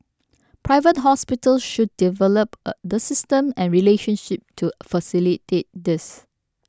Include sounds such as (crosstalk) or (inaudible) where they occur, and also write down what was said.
Private Hospitals should develop (hesitation) the system and relationship to facilitate this